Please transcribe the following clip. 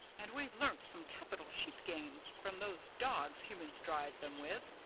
and we've learnt some capital sheep games from those dogs humans drive them with.